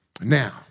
Now